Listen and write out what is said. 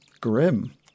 Grim